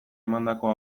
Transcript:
emandako